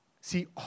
See